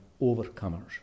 overcomers